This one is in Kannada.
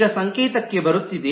ಈಗ ಸಂಕೇತಕ್ಕೆ ಬರುತ್ತಿದೆ